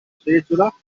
seggiola